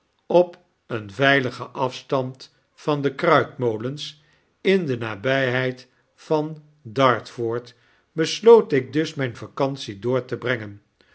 op een veiligen afstand van de kruitmolens in de nabyheid van d a r tf o r d besloot ik dus mijn vacantietyd door te brengen